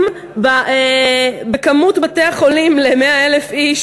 אם בכמות בתי-חולים ל-100,000 איש